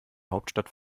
hauptstadt